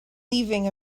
leaving